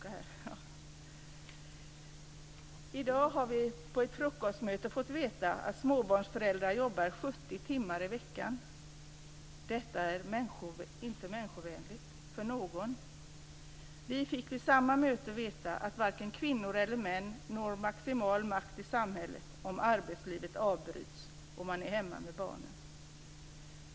I dag fick jag på ett frukostmöte veta att småbarnsföräldrar jobbar 70 timmar i veckan. Detta är inte människovänligt för någon. Jag fick vid samma möte veta att varken kvinnor eller män når maximal makt i samhället om arbetslivet avbryts, om de är hemma med barnen.